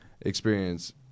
experience